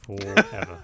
forever